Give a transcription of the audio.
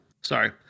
sorry